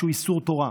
שהוא איסור תורה".